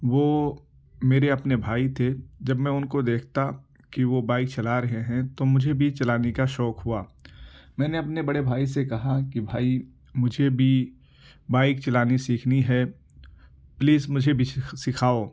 وہ میرے اپنے بھائی تھے جب میں ان کو دیکھتا کہ وہ بائک چلا رہے ہیں تو مجھے بھی چلانے کا شوق ہوا میں نے اپنے بڑے بھائی سے کہا کہ بھائی مجھے بھی بائک چلانی سیكھنی ہے پلیز مجھے بھی سكھاؤ